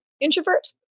Introvert